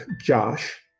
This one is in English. Josh